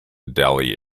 delhi